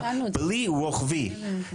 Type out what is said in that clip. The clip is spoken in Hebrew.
בלי רוחבי.